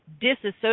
disassociate